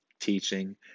teaching